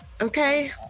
Okay